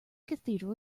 cathedral